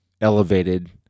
elevated